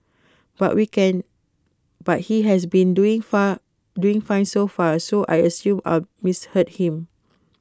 but we can but he has been doing far doing fine so far so I assumed I'd misheard him